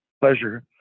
pleasure